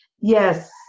yes